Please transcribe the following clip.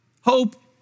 Hope